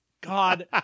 God